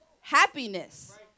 happiness